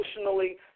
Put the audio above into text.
emotionally